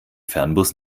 fernbus